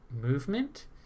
movement